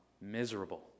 miserable